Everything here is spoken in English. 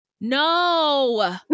No